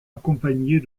accompagnées